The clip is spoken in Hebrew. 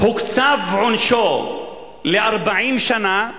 נקצב עונשו ל-40 שנה,